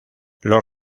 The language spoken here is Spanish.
los